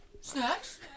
Snacks